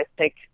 take